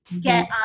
get